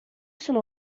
sono